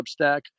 Substack